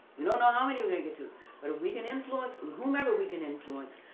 we don't know how many we're gonna get to but we can influence whomever we can influence.